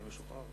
כן.